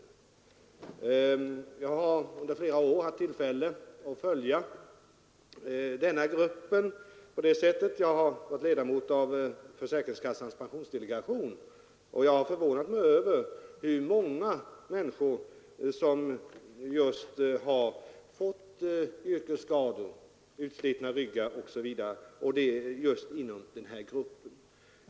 Jag har under flera år haft tillfälle att följa denna grupp. Jag har varit ledamot av försäkringskassans pensionsdelegation, och jag har i samband därmed förvånat mig över hur många människor det är som fått yrkesskador, utslitna ryggar och annat. Så har varit fallet just inom den här gruppen.